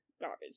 garbage